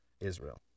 Israel